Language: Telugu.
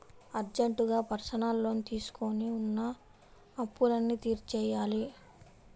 అర్జెంటుగా పర్సనల్ లోన్ తీసుకొని ఉన్న అప్పులన్నీ తీర్చేయ్యాలి